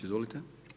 Izvolite.